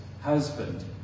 husband